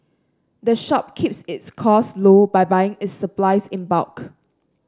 the shop keeps its costs low by buying its supplies in bulk